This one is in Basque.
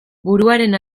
buruaren